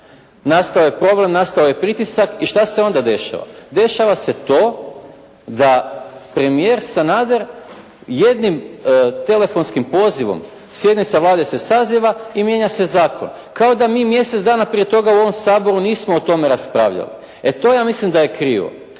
nastao problem, nastao je pritisak i što se onda dešava? Dešava se to da premijer Sanader jednim telefonskim pozivom sjednica Vlade se saziva i mijenja se zakon, kao da mi mjesec dana prije toga u ovom Saboru nismo o tome raspravljali. E to ja mislim da je krivo.